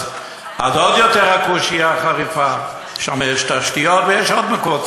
אז עוד יותר הקושיה חריפה שם יש תשתיות ויש עוד מקום,